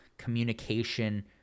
Communication